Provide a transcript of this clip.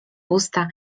usta